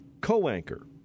co-anchor